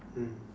mm